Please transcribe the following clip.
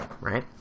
right